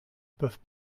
peuvent